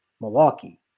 Milwaukee